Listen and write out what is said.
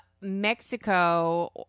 Mexico